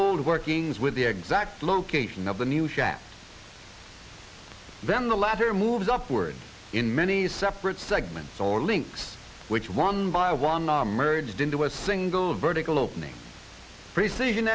the workings with the exact location of the new shafts then the latter moves upwards in many separate segments all links which one by one are merged into a single vertical opening precision